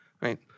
Right